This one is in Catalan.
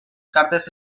cartes